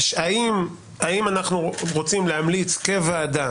האם אנחנו רוצים להמליץ כוועדה